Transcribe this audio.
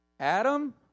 Adam